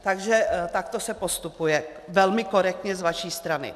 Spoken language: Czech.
Takže takto se postupuje velmi korektně z vaší strany.